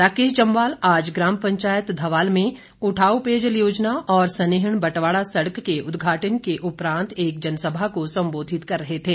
राकेश जम्वाल आज ग्राम पंचायत धवाल में उठाऊ पेयजल योजना और सनीहण बटवाड़ा सड़क उद्घाटन के उपरांत एक जनसभा को संबोधित कर रहे थे